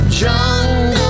jungle